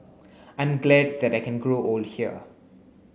I'm glad that I can grow old here